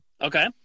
okay